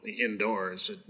indoors